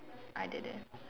I didn't